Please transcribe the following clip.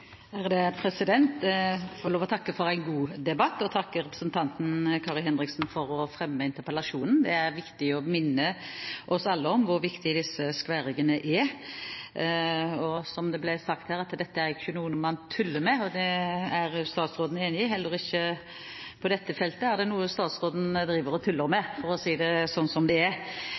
takke representanten Kari Henriksen for å fremme interpellasjonen. Det er viktig å minne oss alle om hvor viktige disse skværriggerne er. Som det ble sagt her, så er ikke dette noe man «tuller med», og det er statsråden enig i. Heller ikke på dette feltet er det noe statsråden driver og tuller